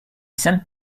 sent